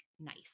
nice